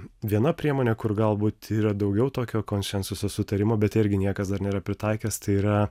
viena priemonė kur galbūt yra daugiau tokio konsensuso sutarimo bet irgi niekas dar nėra pritaikęs tai yra